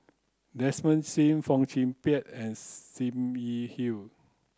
Desmond Sim Fong Chong Pik and Sim Yi Hui